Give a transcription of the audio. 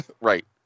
Right